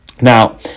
Now